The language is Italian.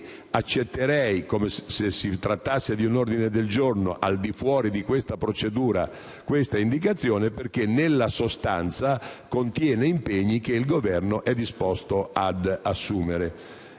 che accetterei, se si trattasse di un ordine del giorno al di fuori di questa procedura, questa indicazione perché nella sostanza contiene impegni che il Governo è disposto ad assumere.